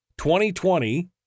2020